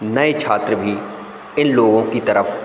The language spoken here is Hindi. नए छात्र भी इन लोगों की तरफ़